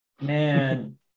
Man